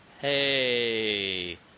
Hey